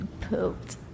Pooped